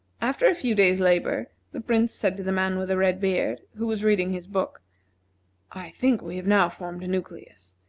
after a few days' labor, the prince said to the man with the red beard, who was reading his book i think we have now formed a nucleus.